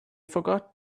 forgot